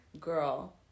girl